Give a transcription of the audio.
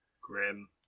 Grim